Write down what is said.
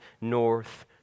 north